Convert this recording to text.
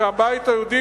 שהבית היהודי,